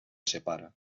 separa